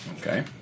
Okay